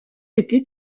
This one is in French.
été